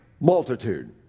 multitude